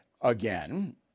again